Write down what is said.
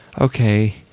okay